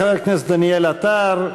תודה לחבר הכנסת דניאל עטר.